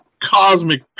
cosmic